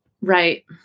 right